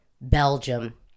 Belgium